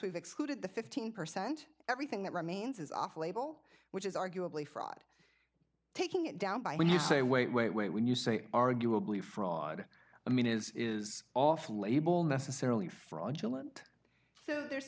we've excluded the fifteen percent everything that remains is off label which is arguably fraud taking it down by when you say wait wait wait when you say arguably fraud i mean is is off label necessarily fraudulent so there's